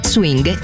Swing